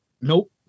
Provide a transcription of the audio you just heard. Nope